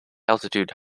altitude